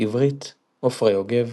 עברית - עפרה יוגב.